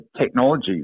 technology